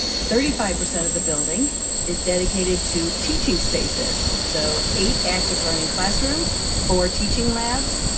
thirty five percent of the building is dedicated to teaching spaces, so eight active learning classrooms for teaching labs,